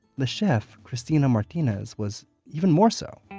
the chef, cristina martinez was even more so.